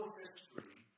history